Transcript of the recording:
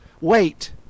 Wait